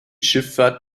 schifffahrt